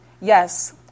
Yes